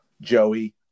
Joey